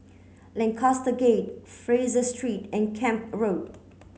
Lancaster Gate Fraser Street and Camp Road